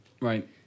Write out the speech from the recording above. Right